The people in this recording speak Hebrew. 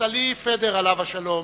נפתלי פדר, עליו השלום,